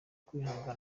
kwihangana